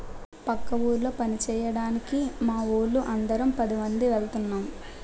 పక్క ఊళ్ళో పంచేయడానికి మావోళ్ళు అందరం పదిమంది ఎల్తన్నం